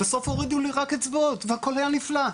בסוף הורידו לי רק אצבעות והכול היה נפלא.